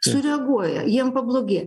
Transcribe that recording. sureaguoja jiems pablogėja